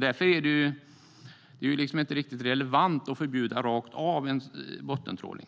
Därför är det inte riktigt relevant att förbjuda bottentrålning